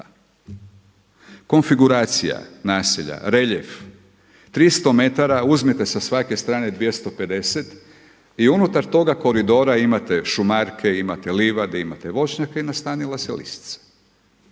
Konfiguracija naselja, reljef, 300 m, uzmete sa svake strane 250 i unutar toga koridora imate šumarke, imate livade, imate voćnjake i nastanila se lisica.